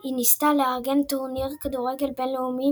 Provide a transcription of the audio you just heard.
היא ניסתה לארגן טורניר כדורגל בין-לאומי